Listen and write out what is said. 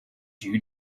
you